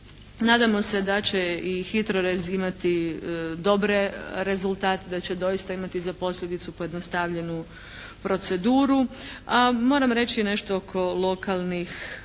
Nadamo se da će i HITRORez imati dobre rezultate, da će doista imati za posljedicu pojednostavljenu proceduru. A moram reći nešto oko lokalnih agencija